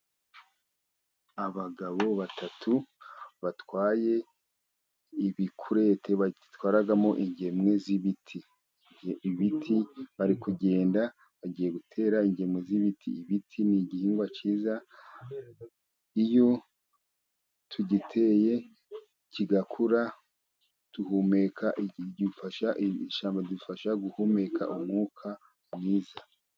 Abagabo batatu batwaye ibikurete, batwaramo ingemwe z'ibiti. Ibiti bari kugenda bagiye gutera ingemwe z'ibiti, ibiti ni igihingwa cyiza, iyo tugiteye kigakura, ishyamba ridufasha guhumeka umwuka mwiza.